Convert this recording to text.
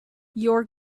your